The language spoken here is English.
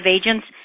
agents